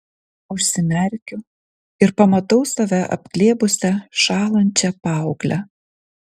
užsimerkiu ir pamatau save apglėbusią šąlančią paauglę